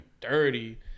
dirty